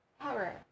Power